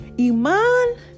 Iman